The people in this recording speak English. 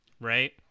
Right